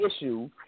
issue